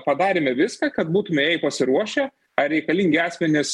padarėme viską kad būtume ei pasiruošę ar reikalingi asmenys